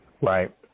Right